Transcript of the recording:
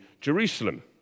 Jerusalem